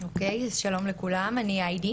טוב אז שלום לכולם, אני היידי